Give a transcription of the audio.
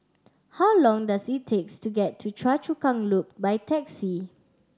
how long does it takes to get to Choa Chu Kang Loop by taxi